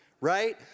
Right